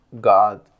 God